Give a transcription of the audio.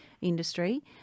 industry